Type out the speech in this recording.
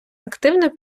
активно